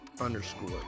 underscore